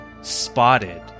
spotted